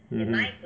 mmhmm